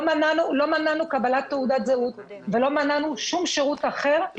לא מנענו קבלת תעודת זהות ולא מנענו שום שירות אחר שהיה לה לפני.